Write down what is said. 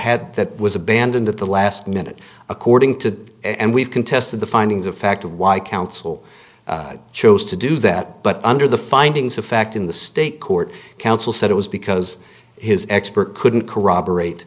had that was abandoned at the last minute according to and we've contested the findings of fact of why counsel chose to do that but under the findings of fact in the state court counsel said it was because his expert couldn't corroborate